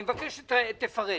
שאול, אני מבקש ששוב תפרט